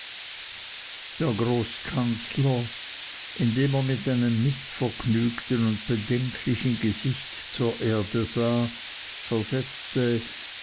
der großkanzler indem er mit einem mißvergnügten und bedenklichen gesichte zur erde sah versetzte